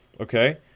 okay